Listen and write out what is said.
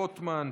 רוטמן,